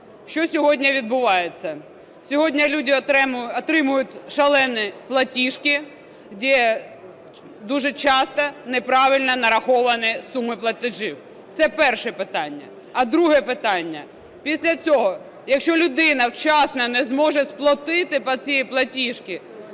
Що сьогодні відбувається? Сьогодні люди отримують шалені платіжки, де дуже часто неправильно нараховані суми платежів. Це перше питання. А друге питання, після цього, якщо людина вчасно не зможе сплатити по цій платіжці,